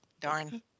darn